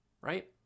right